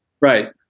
Right